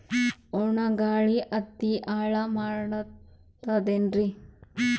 ಒಣಾ ಗಾಳಿ ಹತ್ತಿ ಹಾಳ ಮಾಡತದೇನ್ರಿ?